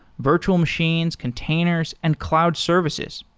virtual machines, containers and cloud services.